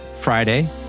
Friday